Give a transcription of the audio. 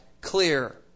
clear